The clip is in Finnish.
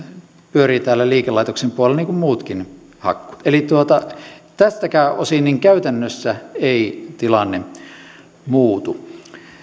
pyörii täällä liikelaitoksen puolella niin kuin muutkin hakkuut eli tältäkään osin käytännössä tilanne ei muutu